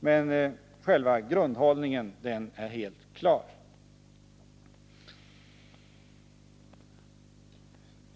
Men själva grundhållningen är helt klar.